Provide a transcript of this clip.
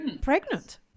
pregnant